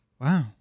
Wow